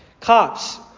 Cops